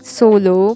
solo